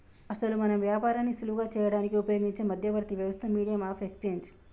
అసలు మనం వ్యాపారాన్ని సులువు చేయడానికి ఉపయోగించే మధ్యవర్తి వ్యవస్థ మీడియం ఆఫ్ ఎక్స్చేంజ్